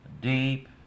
Deep